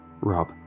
Rob